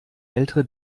ältere